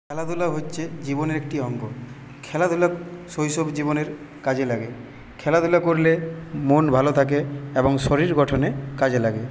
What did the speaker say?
খেলাধুলা হচ্ছে জীবনের একটি অঙ্গ খেলাধুলা শৈশব জীবনের কাজে লাগে খেলাধুলা করলে মন ভালো থাকে এবং শরীর গঠনে কাজে লাগে